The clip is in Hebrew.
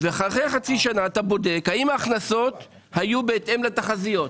ואחרי חצי שנה אתה בודק האם ההכנסות היו בהתאם לתחזיות,